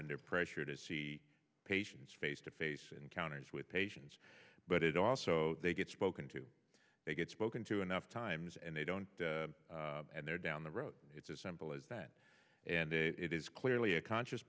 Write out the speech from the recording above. under pressure to see patients face to face encounters with patients but it also they get spoken to they get spoken to enough times and they don't and they're down the road it's as simple as that and it is clearly a conscious